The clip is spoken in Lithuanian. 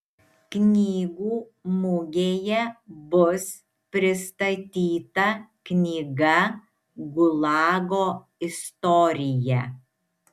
knygų mugėje bus pristatyta knyga gulago istorija